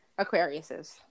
Aquariuses